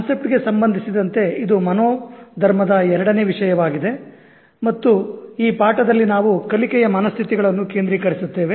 concept ಗೆ ಸಂಬಂಧಿಸಿದಂತೆ ಇದು ಮನೋಧರ್ಮದ ಎರಡನೇ ವಿಷಯವಾಗಿದೆ ಮತ್ತು ಈ ಪಾಠದಲ್ಲಿ ನಾವು ಕಲಿಕೆಯ ಮನಸ್ಥಿತಿಗಳನ್ನು ಕೇಂದ್ರೀಕರಿಸುತ್ತೇವೆ